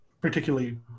particularly